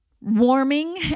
warming